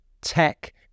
tech